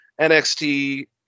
NXT